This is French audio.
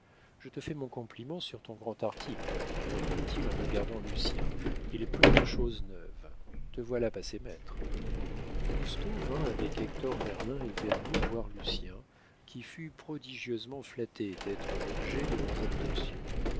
je te fais mon compliment sur ton grand article reprit-il en regardant lucien il est plein de choses neuves te voilà passé maître lousteau vint avec hector merlin et vernou voir lucien qui fut prodigieusement flatté d'être l'objet de leurs attentions